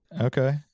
Okay